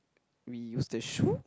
we used the shoe